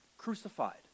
Crucified